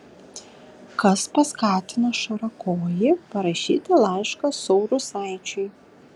kas paskatino šarakojį parašyti laišką saurusaičiui